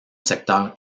secteur